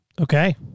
okay